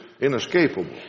inescapable